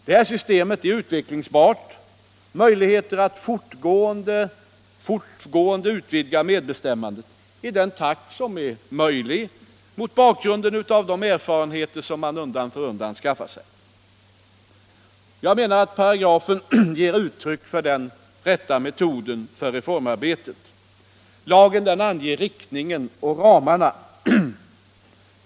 Detta system är utvecklingsbart, det ger möjligheter att fortgående utvidga medbestämmandet i den takt som är möjlig mot bakgrunden av de erfarenheter som man undan för undan skaffar sig. Jag menar att paragrafen ger uttryck för den rätta metoden för reformarbetet. Lagen anger riktningen och ramarna.